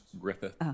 Griffith